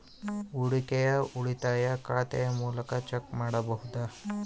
ಹೂಡಿಕೆಯ ಉಳಿತಾಯ ಖಾತೆಯ ಮೂಲಕ ಚೆಕ್ ಪಡೆಯಬಹುದಾ?